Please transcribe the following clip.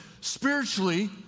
Spiritually